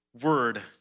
Word